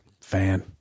Fan